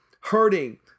hurting